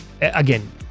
Again